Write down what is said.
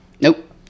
Nope